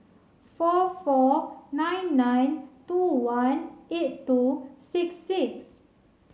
four four nine nine two one eight two six six